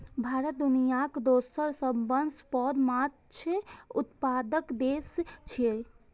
भारत दुनियाक दोसर सबसं पैघ माछ उत्पादक देश छियै